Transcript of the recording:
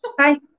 Hi